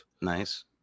Nice